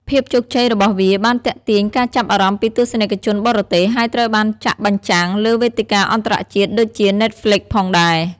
ភាពជោគជ័យរបស់វាបានទាក់ទាញការចាប់អារម្មណ៍ពីទស្សនិកជនបរទេស ហើយត្រូវបានចាក់បញ្ចាំងលើវេទិកាអន្តរជាតិដូចជា Netflix ផងដែរ។